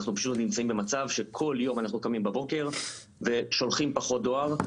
אנחנו פשוט נמצאים במצב שכל יום אנחנו קמים בבוקר ושולחים פחות דואר.